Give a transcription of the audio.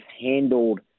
handled